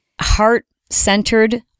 heart-centered